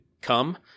come